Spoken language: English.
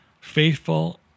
faithful